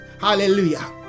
Hallelujah